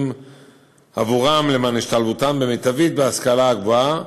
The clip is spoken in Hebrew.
עבורם למען השתלבותם המיטבית בהשכלה הגבוהה.